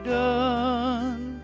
done